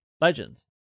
legends